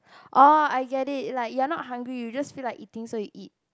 oh I get it like you are not hungry you just feel like eating so you eat